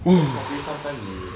probably sometimes 你